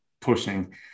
pushing